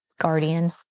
guardian